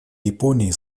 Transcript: японии